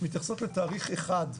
מתייחסות לתאריך אחד.